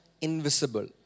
invisible